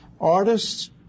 Artists